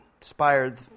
inspired